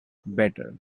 better